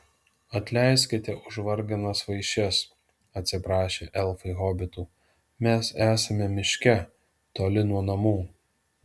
atleiskite už varganas vaišes atsiprašė elfai hobitų mes esame miške toli nuo namų